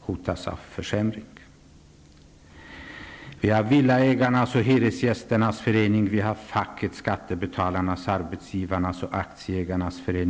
hotas av försämring. Vi har villaägarnas och hyresgästernas föreningar. Vi har facket, skattebetalarnas, arbetsgivarnas och aktieägarnas föreningar.